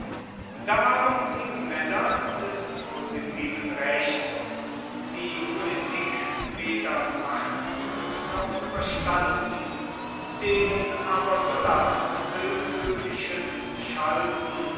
da waren die männer des positiven rechts die politik weder machten noch verstanden denen aber sullas willkürliches schalten